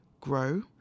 grow